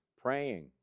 praying